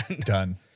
Done